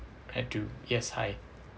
and to yes hi